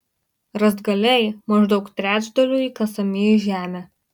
rąstgaliai maždaug trečdaliu įkasami į žemę